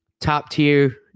top-tier